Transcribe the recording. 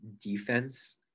defense